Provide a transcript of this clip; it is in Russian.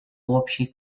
общей